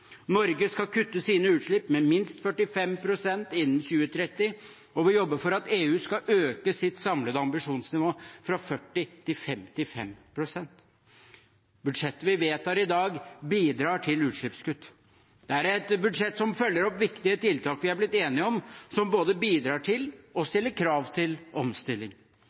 Norge skal kutte sine utslipp med minst 45 pst. innen 2030, og vil jobbe for at EU skal øke sitt samlede ambisjonsnivå fra 40 pst. til 55 pst. Budsjettet vi vedtar i dag, bidrar til utslippskutt. Det er et budsjett som følger opp viktige tiltak vi er blitt enige om, som både bidrar til og stiller krav til omstilling.